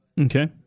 Okay